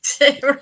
right